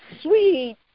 Sweet